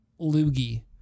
loogie